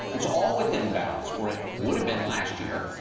it's all within bounds, or it would have been last year.